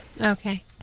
Okay